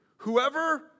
Whoever